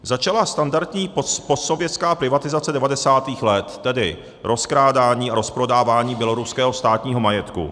Začala standardní postsovětská privatizace devadesátých let, tedy rozkrádání a rozprodávání běloruského státního majetku.